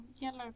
yellow